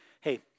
hey